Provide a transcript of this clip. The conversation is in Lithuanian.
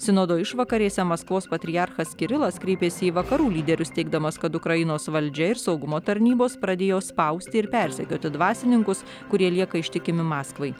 sinodo išvakarėse maskvos patriarchas kirilas kreipėsi į vakarų lyderius teigdamas kad ukrainos valdžia ir saugumo tarnybos pradėjo spausti ir persekioti dvasininkus kurie lieka ištikimi maskvai